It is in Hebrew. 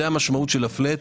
זה המשמעות של הפלאט.